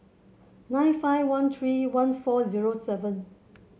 nine five one three one four zero seven